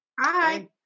Hi